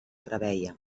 preveia